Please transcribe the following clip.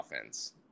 offense